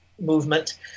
movement